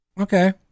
Okay